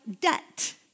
debt